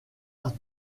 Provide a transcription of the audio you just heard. arts